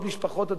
אדוני היושב-ראש,